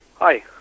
Hi